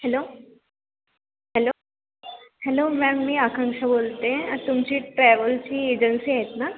hello hello hello ma'am मी आकांक्षा बोलते तुमची ट्रॅव्हलची एजन्सी आहेत ना